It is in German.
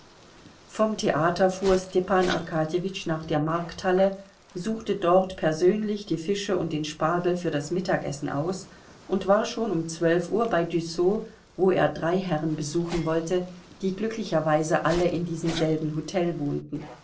vom theater fuhr stepan arkadjewitsch nach der markthalle suchte dort persönlich die fische und den spargel für das mittagessen aus und war schon um zwölf uhr bei dussot wo er drei herren besuchen wollte die glücklicherweise alle in diesem selben hotel wohnten